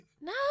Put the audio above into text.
No